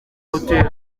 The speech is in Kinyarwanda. hotel